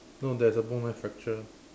no there is a bone line fracture